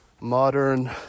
modern